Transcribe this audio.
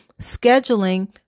scheduling